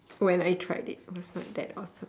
when I tried it it was not that awesome